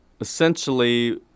Essentially